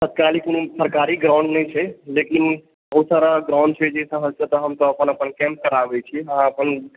तत्काल सरकारी ग्राउंड नहि छै लेकिन बहुत सारा ग्राउंड छै जै पर हमसभ अपन अपन कैम्प कराबैत छी अहाँ अपन